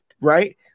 right